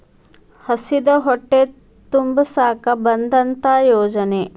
ಹಸಿದ ಹೊಟ್ಟೆ ತುಂಬಸಾಕ ಬಂದತ್ತ ಯೋಜನೆ